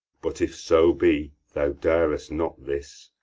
but if so be thou dar'st not this,